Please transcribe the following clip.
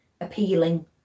appealing